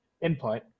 input